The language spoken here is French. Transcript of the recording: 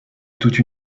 toute